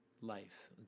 life